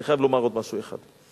אני חייב לומר עוד משהו אחד.